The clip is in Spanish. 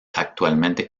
actualmente